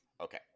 Okay